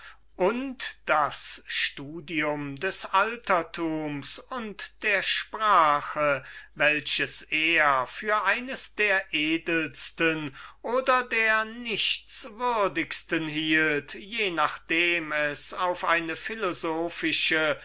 und das studium des altertums welches er so wie die verbal kritik für eine der edelsten und nützlichsten oder für eine der nichtswürdigsten spekulationen hielt je nachdem es auf eine